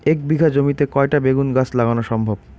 এক বিঘা জমিতে কয়টা বেগুন গাছ লাগানো সম্ভব?